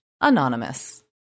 Anonymous